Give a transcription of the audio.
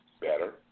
better